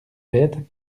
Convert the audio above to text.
bêtes